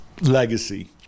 legacy